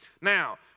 Now